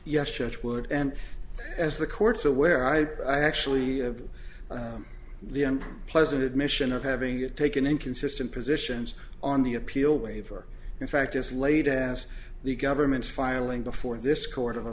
yes judge would and as the court's aware i actually have the unpleasant admission of having it taken inconsistent positions on the appeal waiver in fact as late as the government's filing before this court of a